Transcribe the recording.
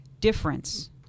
difference